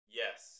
yes